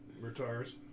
retires